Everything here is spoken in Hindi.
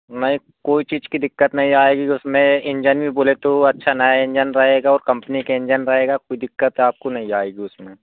नहीं कोई चीज की दिक्कत नहीं आएगी उसमें इंजन भी बोले तो अच्छा नया इंजन रहेगा और कम्पनी के इंजन रहेगा कोई दिक्कत है आपको नहीं जाएगी उसमें